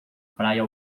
praia